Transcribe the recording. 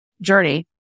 journey